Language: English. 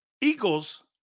Eagles